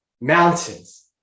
mountains